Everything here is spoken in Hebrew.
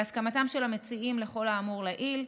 בהסכמתם של המציעים לכל האמור לעיל,